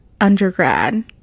undergrad